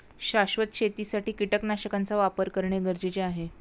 शाश्वत शेतीसाठी कीटकनाशकांचा वापर करणे गरजेचे आहे